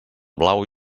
blau